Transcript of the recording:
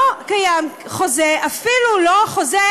לא קיים חוזה, אפילו לא חוזה